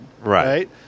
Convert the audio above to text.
right